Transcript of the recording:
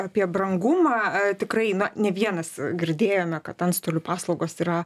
apie brangumą tikrai na ne vienas girdėjome kad antstolių paslaugos yra